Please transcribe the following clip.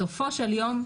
בסופו של יום,